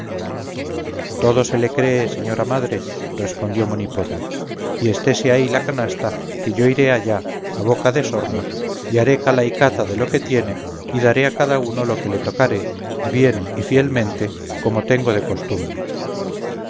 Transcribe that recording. todo se le cree señora madre respondió monipodio y estése así la canasta que yo iré allá a boca de sorna y haré cala y cata de lo que tiene y daré a cada uno lo que le tocare bien y fielmente como tengo de costumbre